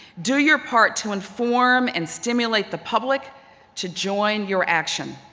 do your part to inform and stimulate the public to join your action.